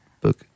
book